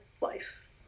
life